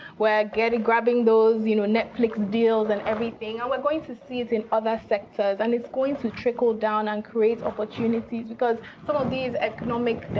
we're getting, grabbing those you know netflix deals and everything. and we're going to see it in other sectors. and it's going to trickle down and create opportunities. because some of these economic